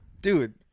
dude